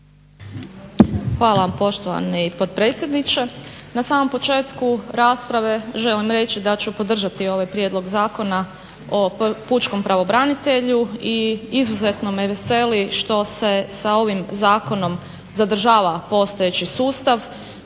Hvala vam poštovani potpredsjedniče. Na samom početku rasprave želim reći da ću podržati ovaj prijedlog Zakona o pučkom pravobranitelju i izuzetno me veseli što se sa ovim zakonom zadržava postojeći sustav